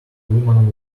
woman